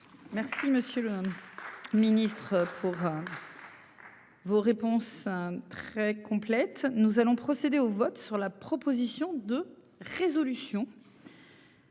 Merci monsieur le. Ministre. Vos réponses très complètes. Nous allons procéder au vote sur la proposition de résolution.----